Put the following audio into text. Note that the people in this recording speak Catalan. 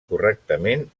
correctament